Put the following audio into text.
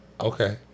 Okay